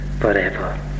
forever